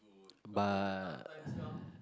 but